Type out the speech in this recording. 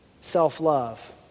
self-love